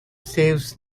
saves